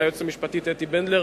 ליועצת המשפטית אתי בנדלר,